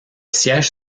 siège